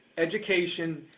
education,